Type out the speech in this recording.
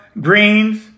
greens